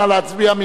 נא להצביע.